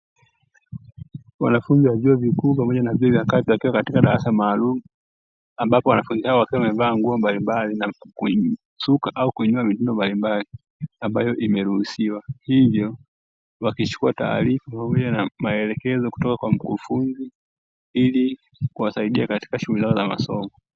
Wanafunzi wa vyuo vikuu pamoja na vyuo vya kati wakiwa katika darasa maalumu, ambapo wanafunzi hao wakiwa wamevaa nguo mbalimbali na kusuka au kunyoa mitindo mbalimbali ambayo imeruhusiwa, hivyo wakichukua taarifa pamoja na maelekezo kutoka kwa mkufunzi ili kuwasaidia katika shughuli zao za masomo.